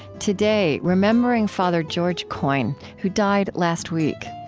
today, remembering father george coyne who died last week.